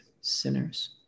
sinners